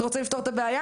אתה רוצה לפתור את הבעיה?